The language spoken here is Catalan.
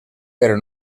però